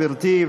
גברתי,